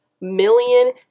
million